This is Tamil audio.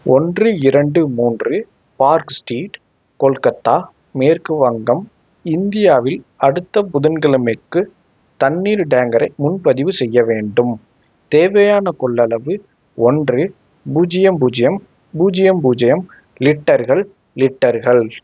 ஒன்று இரண்டு மூன்று பார்க் ஸ்ட்ரீட் கொல்கத்தா மேற்கு வங்கம் இந்தியாவில் அடுத்த புதன்கிழமைக்கு தண்ணீர் டேங்கரை முன்பதிவு செய்ய வேண்டும் தேவையான கொள்ளளவு ஒன்று பூஜ்ஜியம் பூஜ்ஜியம் பூஜ்ஜியம் பூஜ்ஜியம் லிட்டர்கள் லிட்டர்கள்